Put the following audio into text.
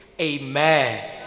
Amen